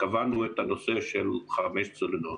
קבענו את הנושא של חמש צוללות.